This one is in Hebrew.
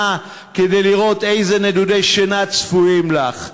כדי לראות איזה נדודי שינה צפויים לך.